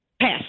Pass